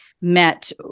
met